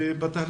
בתהליך